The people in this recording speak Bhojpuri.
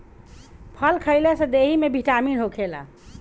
फल खइला से देहि में बिटामिन होखेला